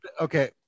okay